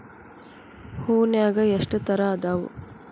ಹೂನ್ಯಾಗ ಎಷ್ಟ ತರಾ ಅದಾವ್?